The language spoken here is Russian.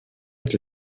для